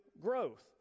growth